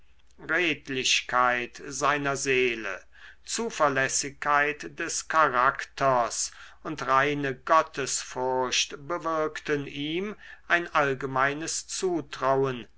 redlichkeit seiner seele zuverlässigkeit des charakters und reine gottesfurcht bewirkten ihm ein allgemeines zutrauen